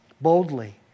Boldly